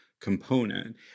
component